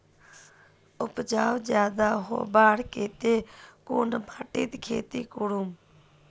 उपजाऊ ज्यादा होबार केते कुन माटित खेती करूम?